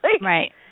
Right